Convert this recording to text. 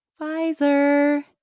Pfizer